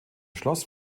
schloss